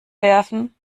werfen